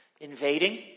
invading